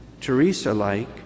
Teresa-like